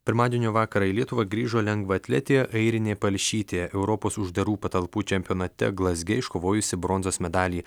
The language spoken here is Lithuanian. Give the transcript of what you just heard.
pirmadienio vakarą į lietuvą grįžo lengvaatletė airinė palšytė europos uždarų patalpų čempionate glazge iškovojusi bronzos medalį